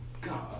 God